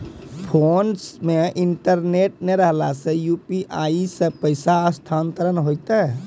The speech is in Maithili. फोन मे इंटरनेट नै रहला सॅ, यु.पी.आई सॅ पाय स्थानांतरण हेतै?